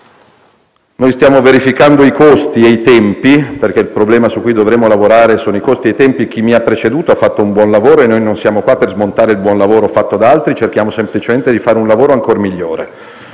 Stiamo verificando i costi e i tempi, perché il problema su cui dovremo lavorare sono i costi e i tempi: chi mi ha preceduto ha fatto un buon lavoro e noi non siamo qua per smontare il buon lavoro fatto da altri, ma cerchiamo semplicemente di fare un lavoro ancora migliore.